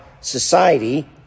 society